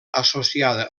associada